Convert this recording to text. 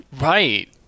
Right